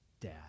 dad